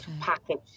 package